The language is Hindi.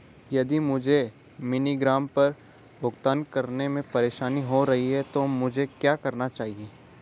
यदि मुझे मनीग्राम पर भुगतान करने में परेशानी हो रही है तो मुझे क्या करना चाहिए?